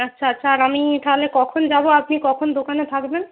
আচ্ছা আচ্ছা আর আমি তাহলে কখন যাব আপনি কখন দোকানে থাকবেন